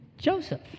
Joseph